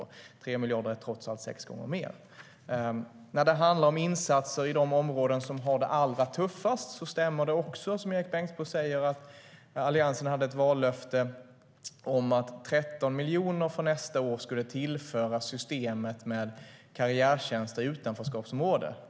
Då är 3 miljarder trots allt sex gånger mer. När det handlar om insatser i de områden som har det allra tuffast stämmer det också, som Erik Bengtzboe säger, att Alliansen hade ett vallöfte om att 13 miljoner för nästa år skulle tillföras systemet med karriärtjänster i utanförskapsområden.